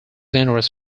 interest